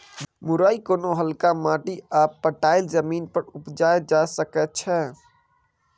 मुरय कोनो हल्का माटि आ पटाएल जमीन मे उपजाएल जा सकै छै